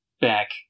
back